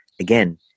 Again